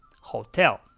hotel